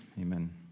Amen